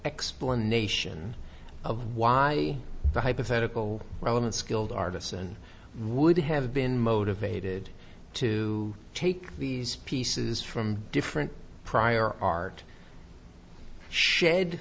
explanation of why the hypothetical relevant skilled artisan would have been motivated to take these pieces from different prior art shed